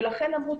ולכן אמרו,